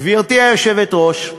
גברתי היושבת-ראש,